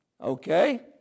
Okay